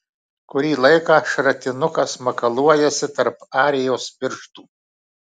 kurį laiką šratinukas makaluojasi tarp arijos pirštų